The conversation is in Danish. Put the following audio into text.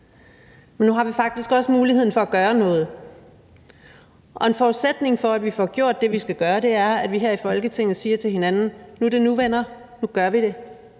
men nu har vi faktisk også muligheden for at gøre noget. Og en forudsætning for, at vi får gjort det, vi skal gøre, er, at vi her i Folketinget siger til hinanden: Nu er det nu, venner, nu gør vi det.